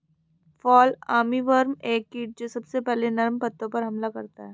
fall armyworm एक कीट जो सबसे पहले नर्म पत्तों पर हमला करता है